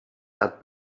that